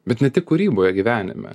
bet ne tik kūryboje gyvenime